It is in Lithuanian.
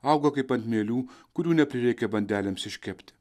auga kaip ant mielių kurių neprireikė bandelėms iškepti